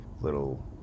little